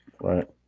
right